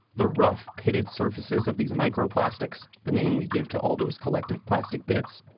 the rough, pitted surfaces of these and microplastics, the name we give to all those collective plastic bits,